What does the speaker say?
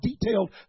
detailed